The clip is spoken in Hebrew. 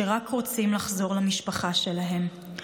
שרק רוצים לחזור למשפחה שלהם.